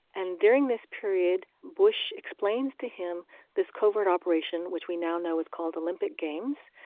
and during this period, bush explains to him this covert operation, which we now know is called olympic games.